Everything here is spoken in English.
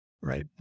right